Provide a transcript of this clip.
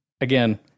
again